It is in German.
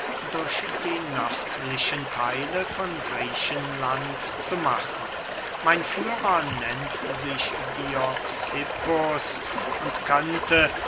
durch die nördlichen theile von griechenland zu machen mein führer nennt sich dioxippus und könnte